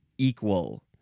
Equal